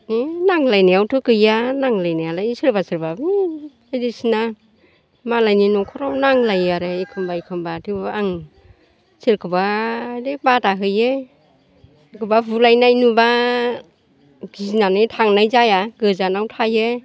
है नांज्लायनायावथ' गैया नांज्लायनायालाय सोरबा सोरबा हौ बायदिसिना मालायनि न'खराव नांज्लायो आरो एखमब्ला एखमब्ला थेवबो आं सोरखौबा ओरै बादा हैयो सोरखौबा बुलायनाय नुब्ला गिनानै थांनाय जाया गोजानाव थायो